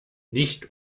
nicht